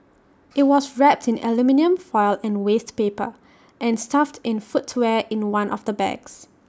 IT was wrapped in aluminium foil and waste paper and stuffed in footwear in one of the bags